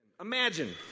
Imagine